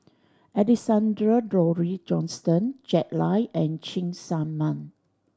Alexander Laurie Johnston Jack Lai and Cheng Tsang Man